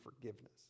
forgiveness